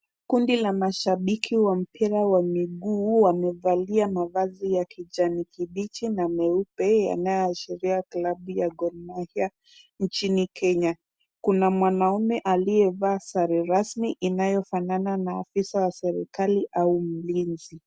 Kundi la mashabiki wa mpira wa miguu wamevalia mavazi ya kijani kibichi na meupe yanayoashiria kilabu ya Gor Mahia nchini Kenya, kuna mwanamume aliyevaa sare rasmi inayofanana na afisa wa serikali au mlinzi.